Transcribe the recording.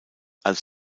als